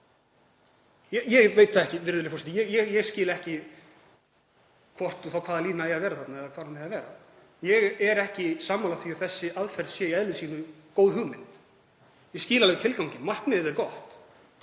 Ég veit það ekki, virðulegi forseti. Ég skil ekki hvort og þá hvaða lína eigi að vera þarna eða hvar hún eigi að vera. Ég er ekki sammála því að þessi aðferð sé í eðli sínu góð hugmynd. Ég skil alveg tilganginn, markmiðið er gott.